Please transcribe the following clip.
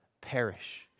Perish